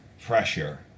pressure